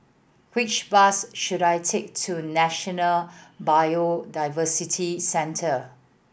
which bus should I take to National Biodiversity Centre